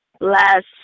last